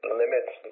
limits